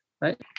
Right